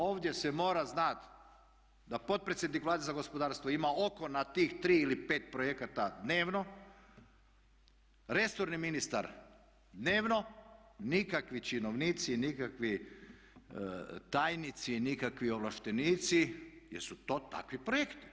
Ovdje se mora znati da potpredsjednik Vlade za gospodarstvo ima oko na tih 3 ili 5 projekata dnevno, resorni ministar dnevno, nikakvi činovnici, nikakvi tajnici, nikakvi ovlaštenici jer su to takvi projekti.